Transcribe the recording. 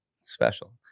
Special